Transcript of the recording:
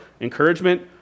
encouragement